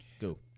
Go